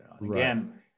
Again